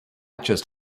just